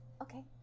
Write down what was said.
Okay